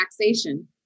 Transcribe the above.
taxation